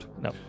No